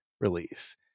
release